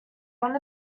one